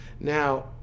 Now